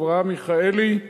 אברהם מיכאלי,